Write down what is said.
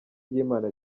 ry’imana